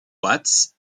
watts